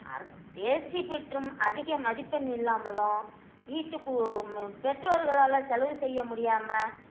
அது தேர்ச்சி பெற்றும் அதிக மதிப்பெண் இல்லாமலும் வீட்டுக்கு ஒ ம் பெற்றோர்களால் செலவு செய்ய முடியாமல்